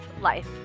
life